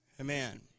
Amen